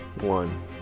One